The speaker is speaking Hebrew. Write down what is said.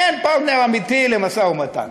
אין פרטנר אמיתי למשא-ומתן.